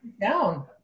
down